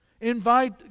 Invite